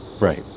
right